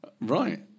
Right